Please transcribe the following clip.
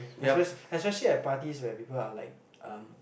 espe~ especially at parties where people are like um